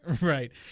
Right